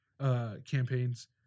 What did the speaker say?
campaigns